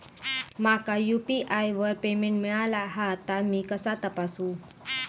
माका यू.पी.आय वर पेमेंट मिळाला हा ता मी कसा तपासू?